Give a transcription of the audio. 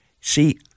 See